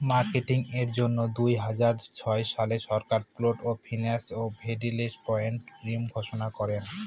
marketing এর জন্য দুই হাজার ছয় সালে সরকার পুল্ড ফিন্যান্স ডেভেলপমেন্ট স্কিম ঘোষণা করে